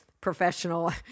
professional